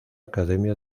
academia